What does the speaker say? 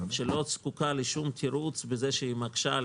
שלא זקוקה לשום תירוץ בזה שהיא מקשה על